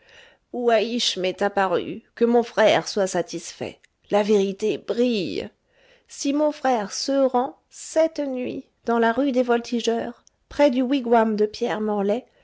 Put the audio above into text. ouahiche m'est apparu que mon frère soit satisfait la vérité brille si mon frère se rend cette nuit dans la rue des voltigeurs près du wigwam de pierre morlaix